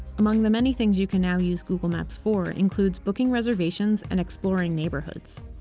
among the many things you can now use google maps for includes booking reservations and exploring neighborhoods.